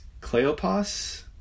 Cleopas